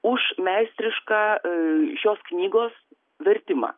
už meistrišką šios knygos vertimą